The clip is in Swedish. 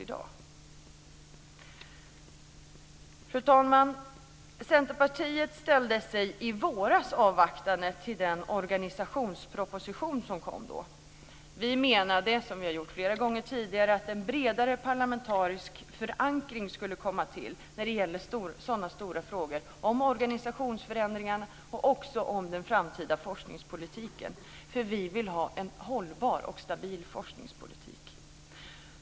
Fru talman! I våras ställde sig Centerpartiet avvaktande till den organisationsproposition som då kom. Vi menade, liksom flera gånger tidigare, att en bredare parlamentarisk förankring skulle komma till stånd när det gäller så stora frågor som de om organisationsförändringar och om den framtida forskningspolitiken. Vi vill ha en hållbar och stabil forskningspolitik.